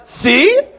See